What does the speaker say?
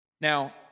Now